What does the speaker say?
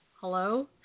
Hello